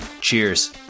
Cheers